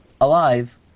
alive